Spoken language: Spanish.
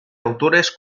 autores